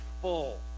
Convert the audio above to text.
full